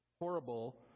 Horrible